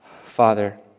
Father